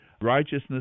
Righteousness